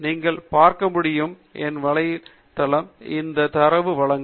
நீங்கள் பார்க்க முடியும் என வலை அந்த தரவு வழங்கும்